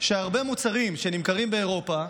שהרבה מוצרים שנמכרים באירופה,